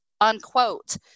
unquote